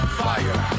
fire